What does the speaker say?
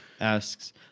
asks